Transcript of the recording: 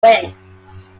wins